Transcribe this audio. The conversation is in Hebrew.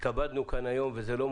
יש כאן